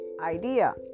idea